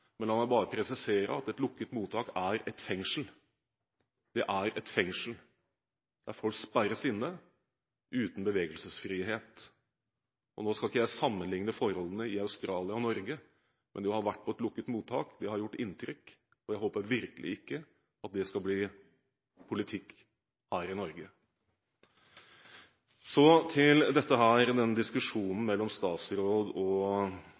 men la meg bare presisere at et lukket mottak er et fengsel. Det er et fengsel der folk sperres inne uten bevegelsesfrihet. Nå skal ikke jeg sammenligne forholdene i Australia og i Norge, men jeg har vært på et lukket mottak. Det har gjort inntrykk, og jeg håper virkelig ikke at det skal bli politikk her i Norge. Så til diskusjonen mellom statsråden og